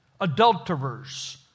adulterers